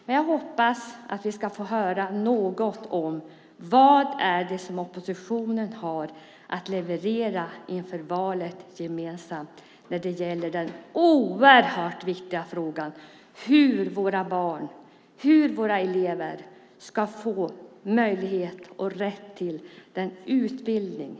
Men jag hoppas att vi ska få höra något om vad oppositionen gemensamt har att leverera inför valet när det gäller den oerhört viktiga frågan hur våra barn, våra elever, ska få möjlighet och rätt till den här utbildningen.